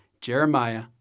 Jeremiah